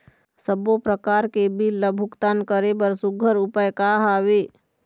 सबों प्रकार के बिल ला भुगतान करे बर सुघ्घर उपाय का हा वे?